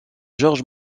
george